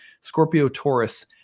Scorpio-Taurus